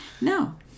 No